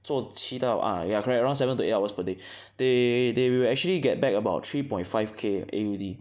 做七到 ah ya correct around seven to eight hours per day they they will actually get back about three point five K A_U_D